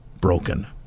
broken